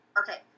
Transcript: okay